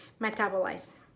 metabolize